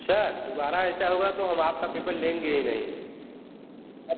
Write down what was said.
sir दुबारा ऐसा होगा तो हम आपका पेपर ले गए ही नहीं और